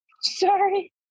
sorry